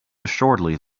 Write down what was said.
assuredly